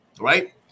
right